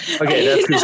Okay